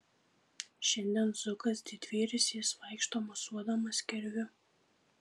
šiandien zukas didvyris jis vaikšto mosuodamas kirviu